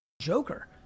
Joker